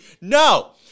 No